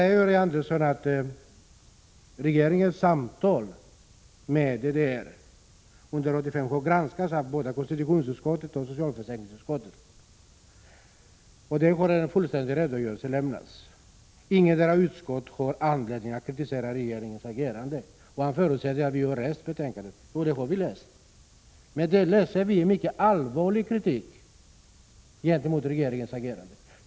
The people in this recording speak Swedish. Georg Andersson säger att regeringens samtal med DDR under 1985 har granskats av både konstitutionsutskottet och socialförsäkringsutskottet, att en fullständig redogörelse har lämnats och att ingetdera utskottet har anledning att kritisera regeringens handlande. Han förutsätter att vi har läst betänkandena. Ja, men vi läser där en mycket allvarlig kritik gentemot regeringens handlande.